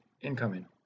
incoming